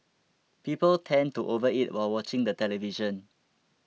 people tend to overeat while watching the television